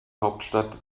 hauptstadt